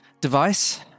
device